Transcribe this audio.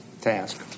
task